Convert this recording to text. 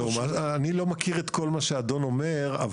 אני לא מכיר את כל מה שהאדון אומר,